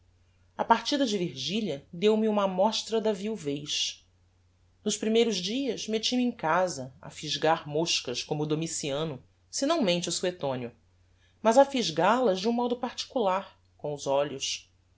a partida de virgilia deu-me uma amostra da viuvez nos primeiros dias metti me em casa a fisgar moscas como domiciano se não mente o suetonio mas a fisgal as de um modo particular com os olhos